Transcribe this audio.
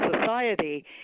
society